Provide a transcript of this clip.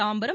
Tambaram